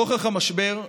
נוכח המשבר,